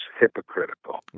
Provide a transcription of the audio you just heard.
hypocritical